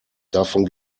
davon